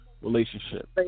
relationship